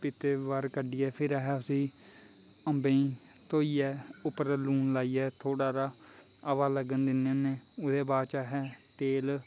पीपे चा बाह्र कड्ढियै फिर अस उस्सी अम्बें गी धोइयै उप्पर लून लाइयै थोह्ड़ा हबा लगन दिन्ने होन्ने ओह्दे बाद च अस तेल